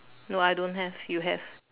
no I don't have you have